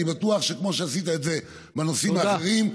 אני בטוח שכמו שעשית בנושאים האחרים,